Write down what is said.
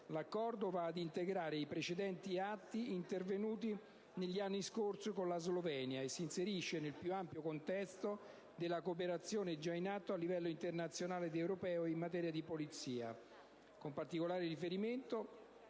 L'Accordo va ad integrare i precedenti atti pattizi intervenuti negli anni scorsi con la Slovenia e si inserisce nel più ampio contesto della cooperazione già in atto a livello internazionale ed europeo in materia di polizia, con particolare riferimento